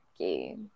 okay